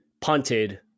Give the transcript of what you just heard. punted